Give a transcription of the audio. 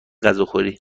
غذاخوری